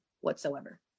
whatsoever